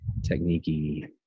techniquey